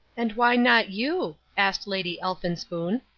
and why not you? asked lady elphinspoon.